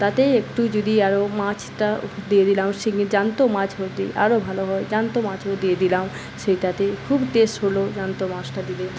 তাতে একটু যদি আরও মাছটা দিয়ে দিলাম শিঙ্গি জ্যান্ত মাছ হলে আরও ভালো হয় জ্যান্ত মাছও দিয়ে দিলাম সেটাতে খুব টেস্ট হলো জ্যান্ত মাছটা দিলে